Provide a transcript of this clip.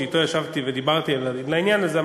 שאתו ישבתי ודיברתי על העניין הזה,